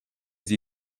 sie